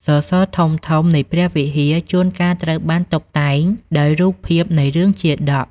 សសរធំៗ នៃព្រះវិហារជួនកាលត្រូវបានតុបតែងដោយរូបភាពនៃរឿង ជាតក។